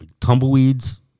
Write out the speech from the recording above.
tumbleweeds